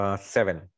seven